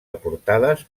aportades